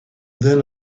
then